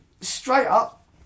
straight-up